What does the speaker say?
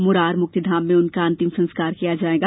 मुरार मुक्तिधाम में उनका अंतिम संस्कार किया जाएगा